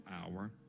hour